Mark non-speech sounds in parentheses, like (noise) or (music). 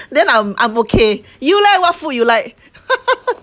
then I'm I'm okay you leh what food you like (laughs)